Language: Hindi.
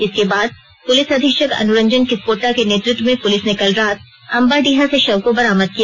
इसके बाद पुलिस अधीक्षक अनुरंजन किसपोद्दा के नेतृत्व में पुलिस ने कल रात अंबाडीहा से शव को बरामद किया